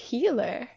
Healer